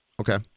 Okay